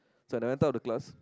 so when I went out of the class